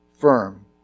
firm